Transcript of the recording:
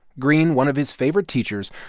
greene, one of his favorite teachers,